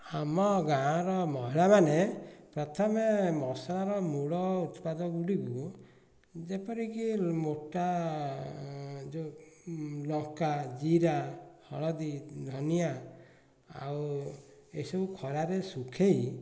ଆମ ଗାଁ ର ମହିଳାମାନେ ପ୍ରଥମେ ମସଲାର ମୂଳ ଉତ୍ପାଦ ଗୁଡ଼ିକୁ ଯେପରିକି ମୋଟା ଯେଉଁ ଲଙ୍କା ଜିରା ହଳଦୀ ଧନିଆଁ ଆଉ ଏସବୁ ଖରାରେ ସୁଖାଇ